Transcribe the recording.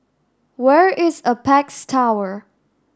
where is Apex Tower